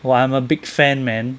!wah! I'm a big fan man